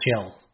chill